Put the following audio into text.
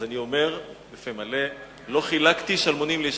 אז אני אומר בפה מלא: לא חילקתי שלמונים לאיש.